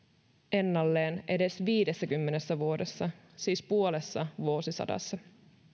ennalleen edes viidessäkymmenessä vuodessa siis puolessa vuosisadassa